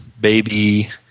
baby